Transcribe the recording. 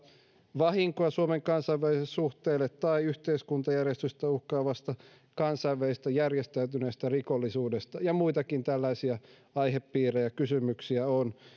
vahinkoa suomen kansainvälisille suhteille tai yhteiskuntajärjestystä uhkaavasta kansainvälisestä järjestäytyneestä rikollisuudesta muitakin tällaisia aihepiirejä ja kysymyksiä on